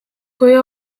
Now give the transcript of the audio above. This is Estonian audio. kui